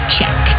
Check